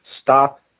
stop